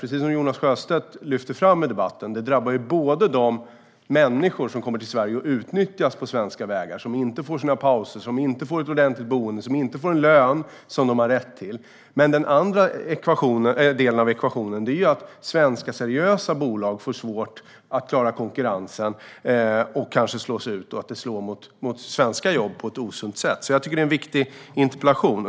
Precis som Jonas Sjöstedt lyfte fram i debatten drabbar detta både de människor som kommer till Sverige och utnyttjas på svenska vägar, som inte får sina pauser, inte får ordentligt boende, inte får den lön de har rätt till, och de svenska seriösa bolag som får svårt att klara konkurrensen och slås ut, det vill säga det slår mot svenska jobb på ett osunt sätt. Därför är detta en viktig interpellation.